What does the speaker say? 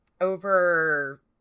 over